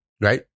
right